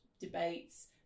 debates